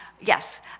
yes